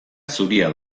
zuria